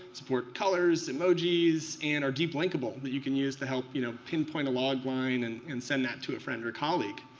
support colors, emojis, and are deep linkable that you can use to help you know pinpoint a log line and and send that to a friend or colleague.